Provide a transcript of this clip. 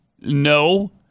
no